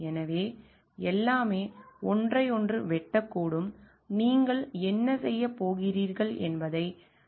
எனவே எல்லாமே ஒன்றையொன்று வெட்டக்கூடும் நீங்கள் என்ன செய்யப் போகிறீர்கள் என்பதை நாம் தீர்மானிக்க விரும்பவில்லை